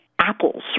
apples